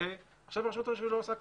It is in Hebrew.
הרשות לא עושה כלום.